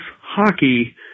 hockey